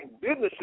businesses